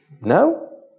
No